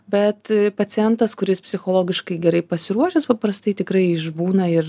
bet pacientas kuris psichologiškai gerai pasiruošęs paprastai tikrai išbūna ir